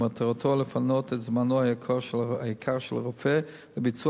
שמטרתו לפנות את זמנו היקר של הרופא לביצוע